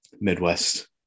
Midwest